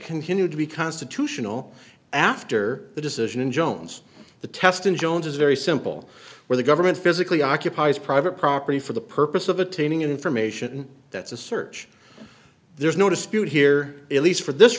continue to be constitutional after the decision in jones the test in jones is very simple where the government physically occupies private property for the purpose of attaining information that's a search there's no dispute here at least for this